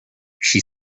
she